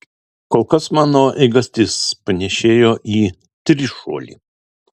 kol kas mano eigastis panėšėjo į trišuolį